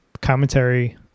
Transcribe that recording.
commentary